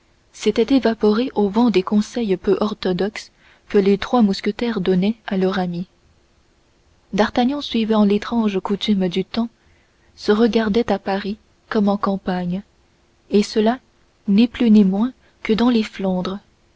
s'était évaporée au vent des conseils peu orthodoxes que les trois mousquetaires donnaient à leur ami d'artagnan suivant l'étrange coutume du temps se regardait à paris comme en campagne et cela ni plus ni moins que dans les flandres